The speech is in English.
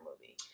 movie